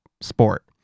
sport